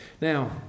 Now